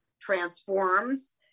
transforms